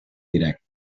directa